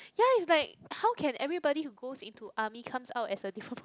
ya it's like how can everybody who goes into army comes out as a different